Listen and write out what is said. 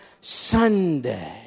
Sunday